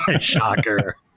Shocker